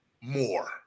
more